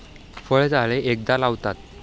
फळझाडे एकदा लावतात